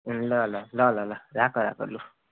ल ल ल ल ल राख राख लु